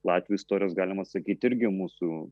latvių istorijos galima sakyti irgi mūsų